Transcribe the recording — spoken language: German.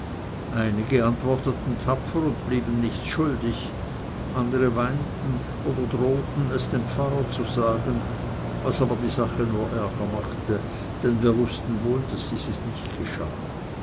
einige antworteten tapfer und blieben nichts schuldig andere weinten oder drohten es dem pfarrer zu sagen was aber die sache nur ärger machte denn wir wußten wohl daß dieses nicht geschah